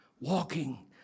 walking